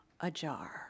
ajar